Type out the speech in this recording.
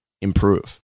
improve